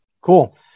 Cool